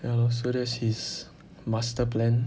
ya lor so that's his master plan